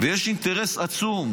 יש אינטרס עצום,